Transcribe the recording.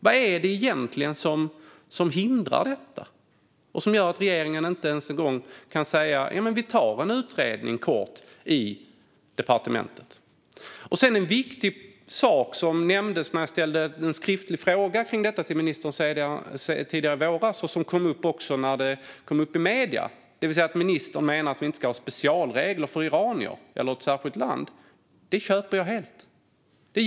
Vad är det egentligen som hindrar det och som gör att regeringen inte ens kan inleda en utredning på departementet? Något som ministern tog upp i sitt svar på min skriftliga fråga i våras och som också kom upp i medierna var att vi inte ska ha specialregler för enskilda länder. Det köper jag helt.